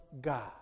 God